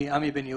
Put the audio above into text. אני עמי בן יהודה,